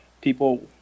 people